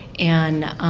and,